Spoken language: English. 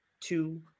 two